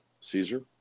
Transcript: Caesar